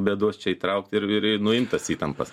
bėdos čia įtraukti ir ir nuimt tas įtampas